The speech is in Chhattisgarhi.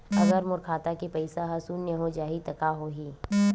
अगर मोर खाता के पईसा ह शून्य हो जाही त का होही?